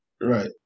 Right